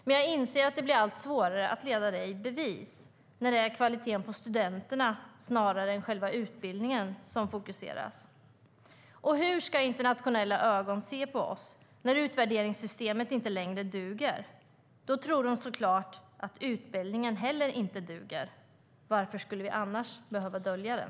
Men jag inser att det blir allt svårare att leda det i bevis när det är kvaliteten på studenterna snarare än själva utbildningen som man fokuserar på. Hur ska internationella ögon se på Sverige när utvärderingssystemet inte längre duger? Då tror de såklart att inte heller utbildningen duger. Varför skulle vi annars behöva dölja den?